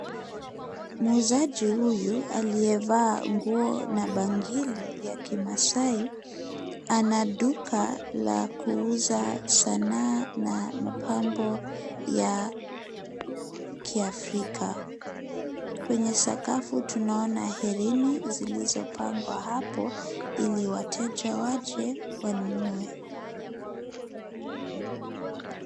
Muuzaji huyu aliyevaa nguo na bangili ya kimaasai, ana duka la kuuza sanaa, na mapambo ya kiafrika. Kwenye sakafu tunaona herini zilizo pangwa hapo ili wateja waje wanunue.